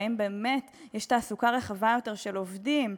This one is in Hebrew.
האם באמת יש תעסוקה רבה יותר של עובדים?